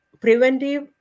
Preventive